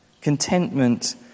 Contentment